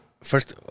First